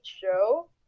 show